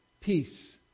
Peace